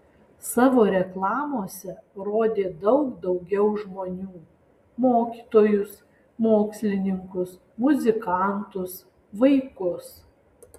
savo reklamose rodė daug daugiau žmonių mokytojus mokslininkus muzikantus vaikus